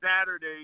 Saturday